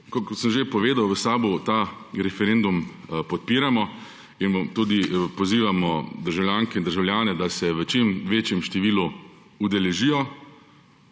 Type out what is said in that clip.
Kot sem že povedal, v SAB ta referendum podpiramo in pozivamo državljanke in državljane, da se v čim večjem številu udeležijo.